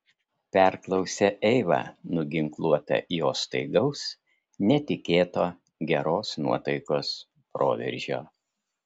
perklausė eiva nuginkluota jo staigaus netikėto geros nuotaikos proveržio